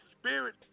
spirit